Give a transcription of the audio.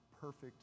perfect